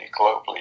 globally